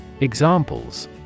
Examples